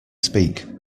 speak